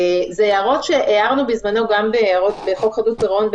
אלה הערות שהערנו בזמנו גם בחוק חדלות פירעון,